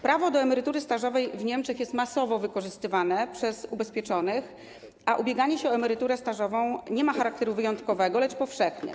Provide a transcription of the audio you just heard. Prawo do emerytury stażowej jest w Niemczech masowo wykorzystywane przez ubezpieczonych, a ubieganie się o emeryturę stażową nie ma charakteru wyjątkowego, lecz powszechny.